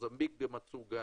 מוזמביק מצאו גז,